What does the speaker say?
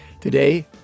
Today